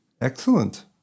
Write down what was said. Excellent